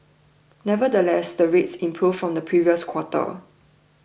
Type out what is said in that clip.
nevertheless the rates improved from the previous quarter